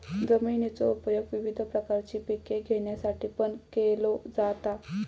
जमिनीचो उपयोग विविध प्रकारची पिके घेण्यासाठीपण केलो जाता